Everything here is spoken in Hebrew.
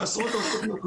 בעשרות רשויות מקומיות.